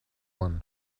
one